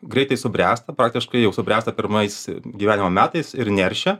greitai subręsta praktiškai jau subręsta pirmais gyvenimo metais ir neršia